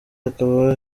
akaba